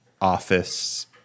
office